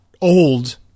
old